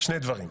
שני דברים: